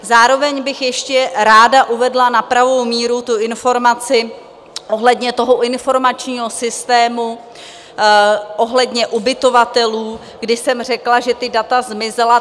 Zároveň bych ještě ráda uvedla na pravou míru informaci ohledně toho informačního systému, ohledně ubytovatelů, kdy jsem řekla, že ta data zmizela.